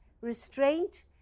restraint